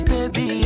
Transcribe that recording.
Baby